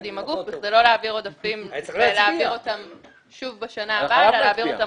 עם הגוף כדי לא להעביר עודפים שוב בשנה הבאה אלא להעביר אותם